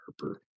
Harper